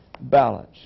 Balance